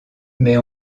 mais